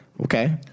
okay